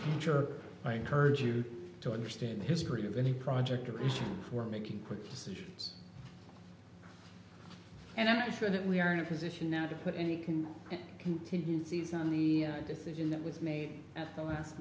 future i encourage you to understand the history of any project or reason for making quick decisions and i am sure that we are in a position now to put any can continue to seize on the decision that was made at the last